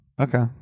okay